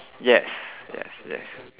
yes yes yes